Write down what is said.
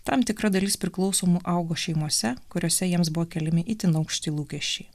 tam tikra dalis priklausomų augo šeimose kuriose jiems buvo keliami itin aukšti lūkesčiai